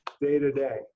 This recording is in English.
day-to-day